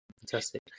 Fantastic